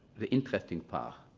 the interesting part.